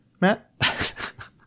matt